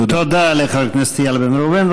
תודה לחבר הכנסת איל בן ראובן.